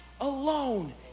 alone